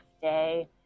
day